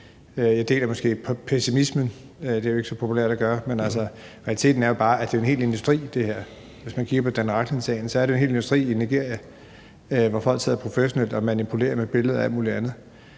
Jeg deler måske pessimismen. Det er jo ikke så populært at gøre, men realiteten er bare, at det er en hel industri, det her. Hvis man kigger på Dan Rachlin-sagen, er det jo en hel industri i Nigeria, hvor folk sidder professionelt og manipulerer med billeder og alt mulig andet.